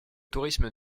tourisme